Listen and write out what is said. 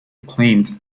acclaimed